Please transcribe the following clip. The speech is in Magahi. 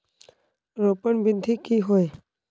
रोपण विधि की होय?